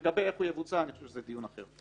לגבי איפה הוא יבוצע, אני חושב שזה לדיון אחר.